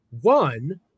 One